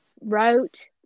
wrote